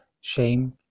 shame